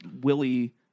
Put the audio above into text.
Willie